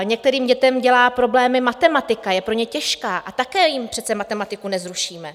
Některým dětem dělá problémy matematika, je pro ně těžká, a také jim přece matematiku nezrušíme.